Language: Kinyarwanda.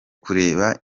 kureba